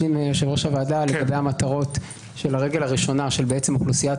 לגבי המטרות של הרגל הראשונה של אוכלוסיית